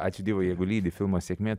ačiū dievui jeigu lydi filmo sėkmė